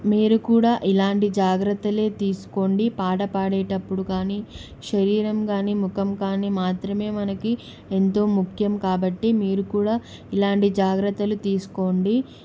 మీరు కూడా ఇలాంటి జాగ్రత్తలే తీసుకోండి పాట పాడేటప్పుడు కానీ శరీరం కానీ ముఖం కానీ మాత్రమే మనకి ఎంతో ముఖ్యం కాబట్టి మీరు కూడా ఇలాంటి జాగ్రత్తలు తీసుకోండి